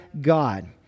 God